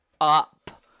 Up